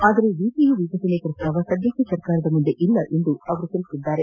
ಆದರೆ ವಿಟಿಯು ವಿಭಜನೆ ಪ್ರಸ್ತಾವ ಸದ್ಯಕ್ಕೆ ಸರ್ಕಾರದ ಮುಂದೆ ಇಲ್ಲ ಎಂದು ಅವರು ತಿಳಿಸಿದ್ದಾರೆ